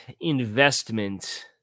investment